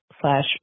slash